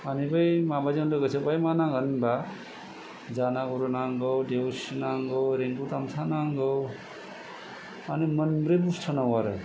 माने बै माबाजों लोगोसे मा नांगोन होनबा जानागुरु नांगौ देवसि नांगौ रेनबु गामसा नांगौ माने मोनब्रै बेसाद नांगौ आरो